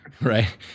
right